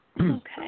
Okay